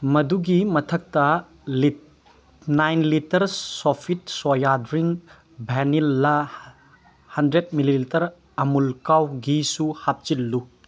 ꯃꯗꯨꯒꯤ ꯃꯊꯛꯇ nine litre ꯁꯤꯐꯤꯠ soya drink vanilla hundred millilitre ꯑꯃꯨꯜ ꯀꯥꯎ ꯘꯤꯁꯨ ꯍꯥꯞꯆꯤꯜꯂꯨ